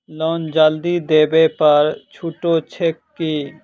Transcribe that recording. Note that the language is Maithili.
लोन जल्दी देबै पर छुटो छैक की?